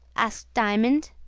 asked diamond.